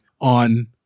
on